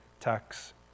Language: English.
tax